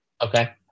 Okay